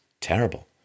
terrible